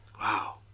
Wow